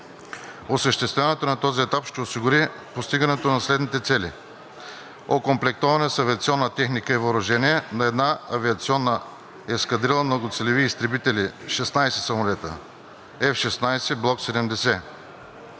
Осъществяването на този етап ще осигури постигането на следните цели: - окомплектоване с авиационна техника и въоръжение на една авиационна ескадрила многоцелеви изтребители (16 самолета F 16 Block 70);